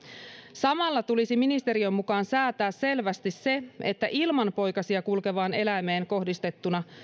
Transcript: samalla tulisi ministeriön mukaan säätää selvästi se että ilman poikasia kulkevaan eläimeen kohdistettuna